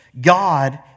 God